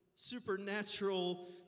supernatural